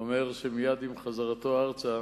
אומר שמייד עם חזרתו ארצה